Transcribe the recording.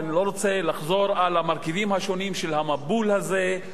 ואני לא רוצה לחזור על המרכיבים השונים של המבול הזה,